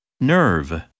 Nerve